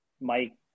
Mike